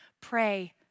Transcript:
Pray